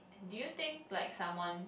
do you think like someone